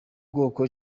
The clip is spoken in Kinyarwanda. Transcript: bwoko